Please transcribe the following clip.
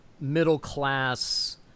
middle-class